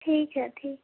ٹھیک ہے ٹھیک